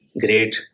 great